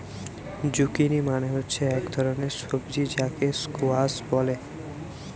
zucchini মানে হচ্ছে এক ধরণের সবজি যাকে স্কোয়াস বলে